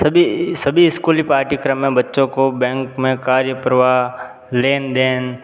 सभी सभी स्कूली पाठ्यक्रम में बच्चों को बैंक में कार्य प्रवाह लेन देन